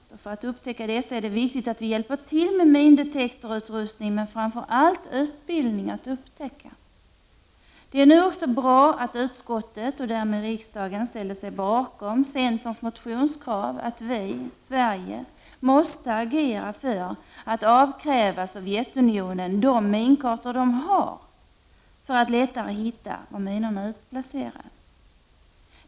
För att man skall upptäcka dessa är det viktigt att vi hjälper till med mindetektorutrustning men framför allt med utbildning i att upptäcka. Det är nu bra att utskottet och därmed riksdagen ställer sig bakom centerns motionskrav att Sverige skall agera för att avkräva Sovjetunionen de minkartor man där har, för att det skall bli lättare att hitta var minorna utplacerats.